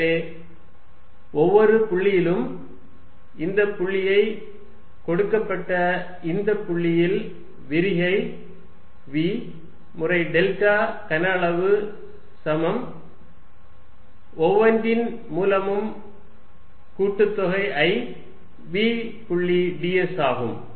எனவே ஒவ்வொரு புள்ளியிலும் இந்த புள்ளியை கொடுக்கப்பட்ட இந்த புள்ளியில் விரிகை v முறை டெல்டா கன அளவு சமம் ஒவ்வொன்றின் மூலமும் கூட்டுத்தொகை i v புள்ளி ds ஆகும்